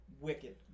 wicked